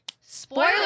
spoiler